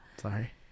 Sorry